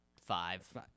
Five